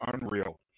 unreal